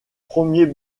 premiers